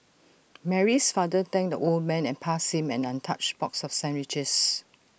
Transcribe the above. Mary's father thanked the old man and passed him an untouched box of sandwiches